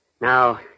Now